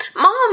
Mom